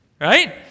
right